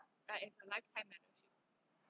but